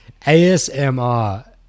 ASMR